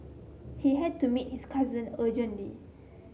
he had to meet his cousin urgently